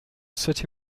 city